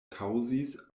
kaŭzis